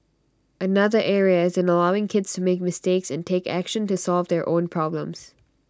another area is in allowing kids to make mistakes and take action to solve their own problems